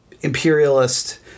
imperialist